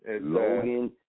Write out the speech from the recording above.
Logan